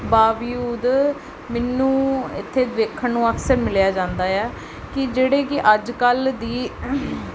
ਬਾਵਜੂਦ ਮੈਨੂੰ ਇੱਥੇ ਦੇਖਣ ਨੂੰ ਅਕਸਰ ਮਿਲਿਆ ਜਾਂਦਾ ਆ ਕਿ ਜਿਹੜੇ ਕਿ ਅੱਜ ਕੱਲ੍ਹ ਦੀ